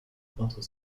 peintres